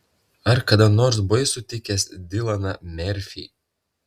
ar kada nors buvai sutikęs dilaną merfį